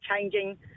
changing